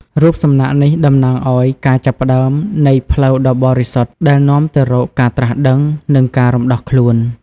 រូបសំណាកនេះតំណាងឱ្យការចាប់ផ្តើមនៃផ្លូវដ៏បរិសុទ្ធដែលនាំទៅរកការត្រាស់ដឹង និងការរំដោះខ្លួន។